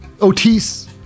Otis